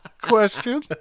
Question